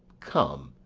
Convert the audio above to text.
come,